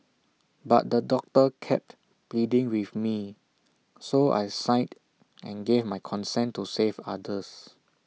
but the doctor kept pleading with me so I signed and gave my consent to save others